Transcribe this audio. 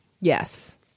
Yes